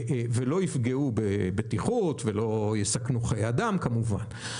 לא יפגעו בבטיחות ולא יסכנו חיי אדם, כמובן.